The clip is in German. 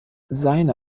seine